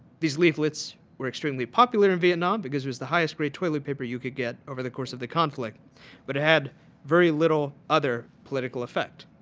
these leaflets were extremely popular in vietnam because it was the highest grade toilet paper you get get over the course of the conflict but had very little other political effect.